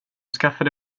skaffade